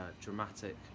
dramatic